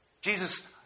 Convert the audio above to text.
Jesus